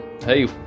Hey